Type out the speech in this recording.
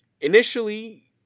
Initially